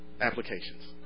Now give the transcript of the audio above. applications